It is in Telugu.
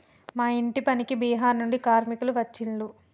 మా ఇంటి పనికి బీహార్ నుండి కార్మికులు వచ్చిన్లు